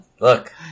look